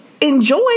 enjoy